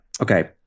okay